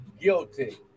guilty